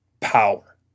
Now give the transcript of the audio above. power